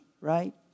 right